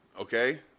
Okay